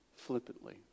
flippantly